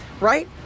right